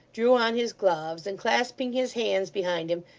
drew on his gloves, and, clasping his hands behind him,